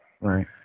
Right